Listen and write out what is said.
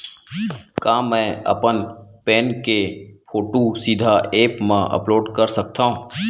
का मैं अपन पैन के फोटू सीधा ऐप मा अपलोड कर सकथव?